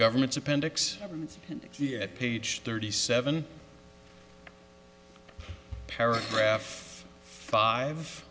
government's appendix at page thirty seven paragraph five